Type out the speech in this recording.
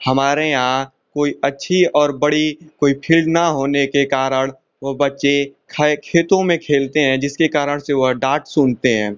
हमारे यहाँ कोई अच्छी और बड़ी कोई फील्ड न होने के कारण वो बच्चे खै खेतों में खेलते हैं जिसके कारण से वह डांट सुनते हैं